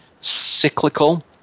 cyclical